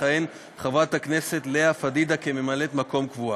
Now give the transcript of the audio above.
תכהן חברת הכנסת לאה פדידה כממלאת מקום קבועה.